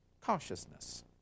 cautiousness